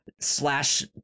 slash